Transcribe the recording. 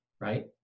right